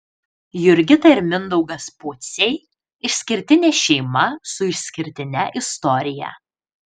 jurgita ir mindaugas pociai išskirtinė šeima su išskirtine istorija